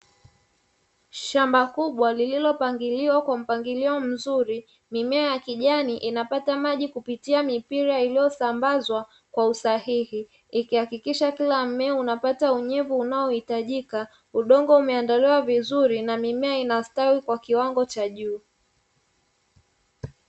Shamba kubwa lililopangiliwa kwa mpangilio mzuri mimea ya kijani inapata maji kupitia mipira iliyosambazwa kwa usahihi, ikihakikisha kila mmea unapata unyevu unaohitajika. Udongo umeandaliwa vizuri na mimea inastawi kwa kiwango cha juu.